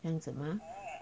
这样子吗